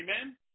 Amen